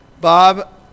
Bob